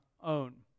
own